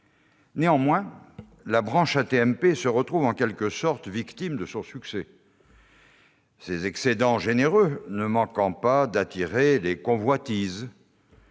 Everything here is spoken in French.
Néanmoins, la branche AT-MP se retrouve en quelque sorte victime de son succès, ses excédents généreux ne manquant pas d'attiser les convoitises